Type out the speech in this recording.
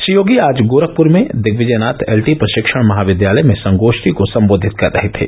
श्री योगी आज गोरखपुर में Digvijaynath L T प्रशिक्षण महाविद्यालय में संगोष्ठी को संबोधित कर रहे थे